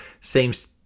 seems